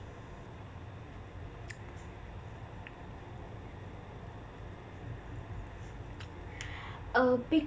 uh